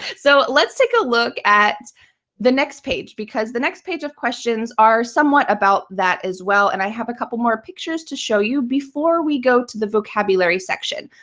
so let's take a look at the next page, because the next page of questions are somewhat about that as well. and i have a couple more pictures to show you before we go to the vocabulary section.